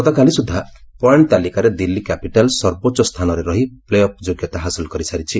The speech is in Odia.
ଗତକାଲି ସୁଦ୍ଧା ପଏଣ୍ଟ ତାଲିକାରେ ଦିଲ୍ଲୀ କ୍ୟାପିଟାଲ୍ଟ ସର୍ବୋଚ୍ଚ ସ୍ଥାନରେ ରହି ପ୍ଲେଅଫ୍ ଯୋଗ୍ୟତା ହାସଲ କରିସାରିଛି